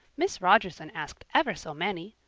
miss rogerson asked ever so many.